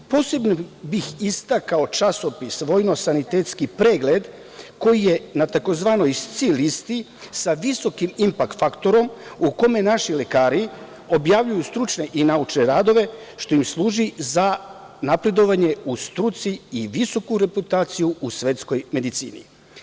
Posebno bih istakao časopis „Vojno-sanitetski pregled“, koji je na tzv. SCI listi sa visokim inpakt faktorom u kome naši lekari objavljuju stručne i naučne radove, što im služi za napredovanje u struci i visoku reputaciju u svetskoj medicini.